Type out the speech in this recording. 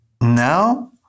Now